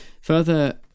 Further